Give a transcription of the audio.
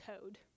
code